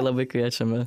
labai kviečiame